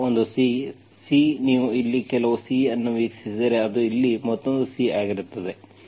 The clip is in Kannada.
ಆದ್ದರಿಂದ ಒಂದು C C ನೀವು ಇಲ್ಲಿ ಕೆಲವು C ಅನ್ನು ವೀಕ್ಷಿಸಿದರೆ ಅದು ಇಲ್ಲಿ ಮತ್ತೊಂದು C ಆಗಿರುತ್ತದೆ